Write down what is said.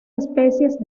especies